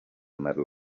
medal